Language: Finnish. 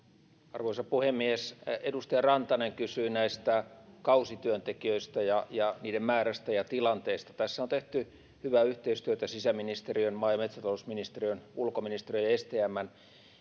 arvoisa puhemies edustaja rantanen kysyi näistä kausityöntekijöistä ja ja niiden määrästä ja tilanteesta tässä on tehty hyvää yhteistyötä sisäministeriön maa ja metsätalousministeriön ulkoministeriön ja stmn